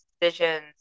decisions